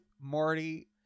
Marty